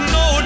no